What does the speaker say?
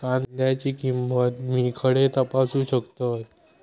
कांद्याची किंमत मी खडे तपासू शकतय?